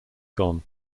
gone